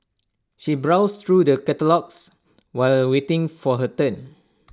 she browsed through the catalogues while waiting for her turn